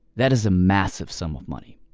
that is a massive sum of money.